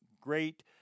Great